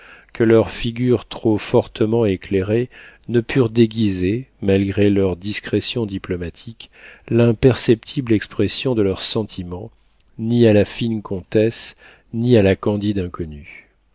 que leurs figures trop fortement éclairées ne purent déguiser malgré leur discrétion diplomatique l'imperceptible expression de leurs sentiments ni à la fine comtesse ni à la candide inconnue